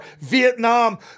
Vietnam